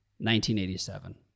1987